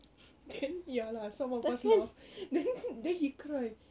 then ya lah some of us laugh then then he cry